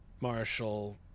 Marshall